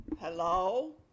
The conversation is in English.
Hello